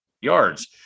yards